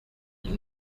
ils